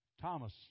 Thomas